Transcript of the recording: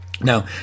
now